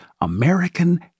American